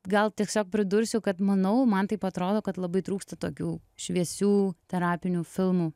gal tiesiog pridursiu kad manau man taip atrodo kad labai trūksta tokių šviesių terapinių filmų